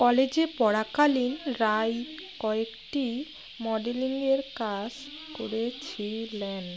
কলেজে পড়াকালীন রাই কয়েকটি মডেলিংয়ের কাজ করেছিলেন